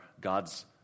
God's